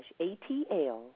ATL